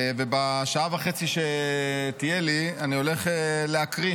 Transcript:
ובשעה וחצי שתהיה לי אני הולך להקריא